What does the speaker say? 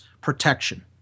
protection